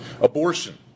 Abortion